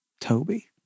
Toby